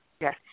Yes